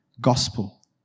Gospel